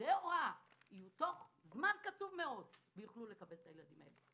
שעובדי הוראה תוך זמן קצוב מאוד יוכלו לקבל את הילדים האלה?